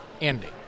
ending